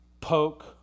poke